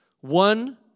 One